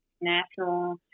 natural